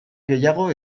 gehiago